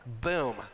boom